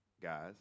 guys